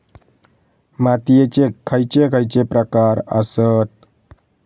मातीयेचे खैचे खैचे प्रकार आसत?